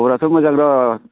खबराथ' मोजां र'